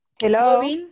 hello